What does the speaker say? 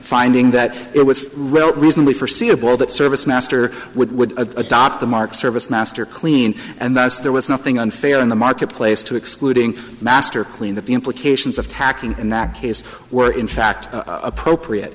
finding that it was reasonably forseeable that service master would would adopt the mark service master clean and thus there was nothing unfair in the marketplace to excluding master clean that the implications of hacking in that case were in fact appropriate